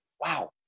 wow